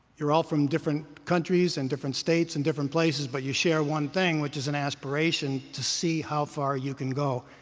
you're all from different countries and different states and different places. but you share one thing, which is an aspiration to see how far you can go.